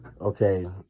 okay